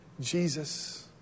Jesus